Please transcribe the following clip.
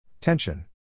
Tension